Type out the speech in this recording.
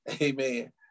Amen